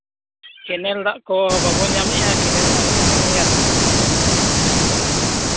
canal ᱫᱟᱜ ᱠᱚ ᱵᱟᱵᱚ ᱧᱟᱢᱮᱫᱼᱟ ᱠᱮᱱᱮᱞ ᱢᱟ ᱦᱮᱡ ᱟᱠᱟᱱ ᱜᱮᱭᱟ ᱫᱟᱜ ᱠᱚᱢᱟ ᱵᱟᱵᱚᱱ ᱧᱟᱢᱮᱫᱼᱟ ᱵᱷᱟᱹᱜᱤ ᱢᱟ